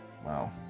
Wow